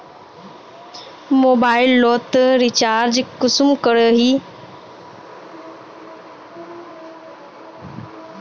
Mobile लोत recharge कुंसम करोही?